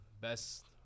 best